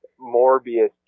Morbius